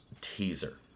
teaser